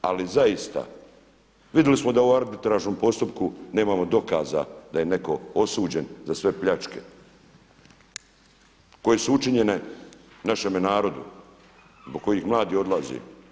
Ali zaista, vidjeli smo da u arbitražnom postupku nemamo dokaza da je netko osuđen za sve pljačke koje su učinjene našemu narodu zbog kojih mladi odlaze.